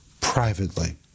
privately